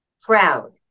proud